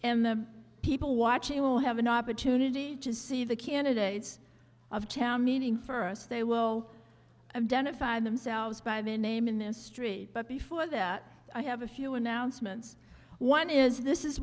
and the people watching will have an opportunity to see the candidates of town meeting for us they will identify themselves by the name in this street but before that i have a few announcements one is this is